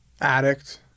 addict